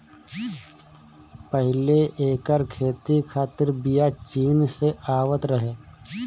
पहिले एकर खेती खातिर बिया चीन से आवत रहे